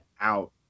out